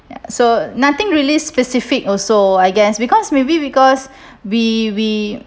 so nothing really specific also I guess because maybe because we we